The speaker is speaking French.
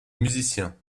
musiciens